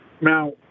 Now